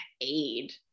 aid